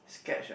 sketch ah